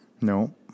No